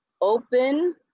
open